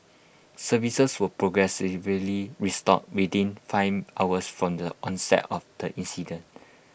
services were progressively restored within five hours from the onset of the incident